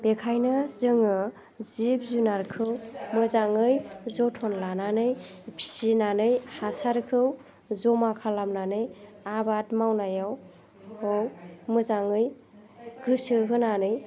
बेखायनो जोङो जिब जुनारखौ मोजाङै जोथोन लानानै फिसिनानै हासारखौ जमा खालामनानै आबाद मावनायाव मोजाङै गोसो होनानै